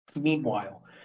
Meanwhile